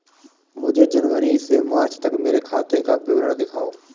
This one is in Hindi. मुझे जनवरी से मार्च तक मेरे खाते का विवरण दिखाओ?